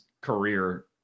career